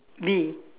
B